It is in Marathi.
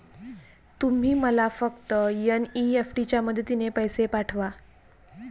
तुम्ही मला फक्त एन.ई.एफ.टी च्या मदतीने पैसे पाठवा